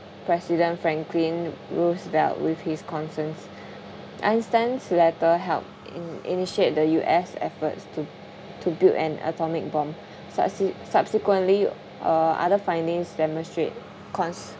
president franklin roosevelt with his concerns einstein's letter helped in~ initiate the U_S efforts to to build an atomic bomb subse~ subsequently uh other findings demonstrate